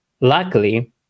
luckily